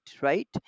right